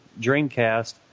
Dreamcast